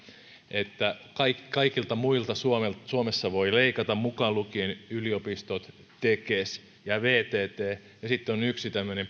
että kaikilta muilta suomessa voi leikata mukaan lukien yliopistot tekes ja vtt ja sitten on yksi tämmöinen